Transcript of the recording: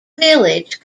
village